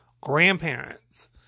grandparents